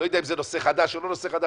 אני לא יודע אם זה נושא חדש או לא נושא חדש.